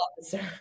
officer